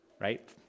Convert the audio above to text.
right